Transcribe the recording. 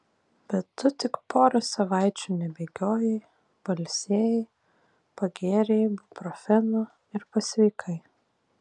bet tu tik porą savaičių nebėgiojai pailsėjai pagėrei ibuprofeno ir pasveikai